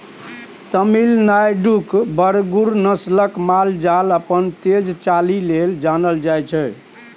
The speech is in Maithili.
तमिलनाडुक बरगुर नस्लक माल जाल अपन तेज चालि लेल जानल जाइ छै